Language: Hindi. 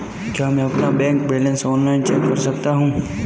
क्या मैं अपना बैंक बैलेंस ऑनलाइन चेक कर सकता हूँ?